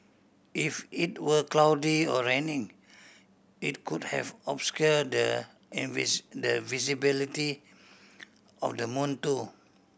if it were cloudy or raining it could have obscured the visibility of the moon too